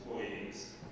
employees